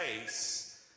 face